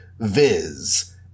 Viz